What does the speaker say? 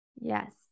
Yes